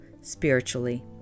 spiritually